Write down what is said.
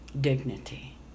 dignity